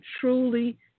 truly